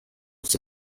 was